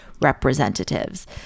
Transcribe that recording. representatives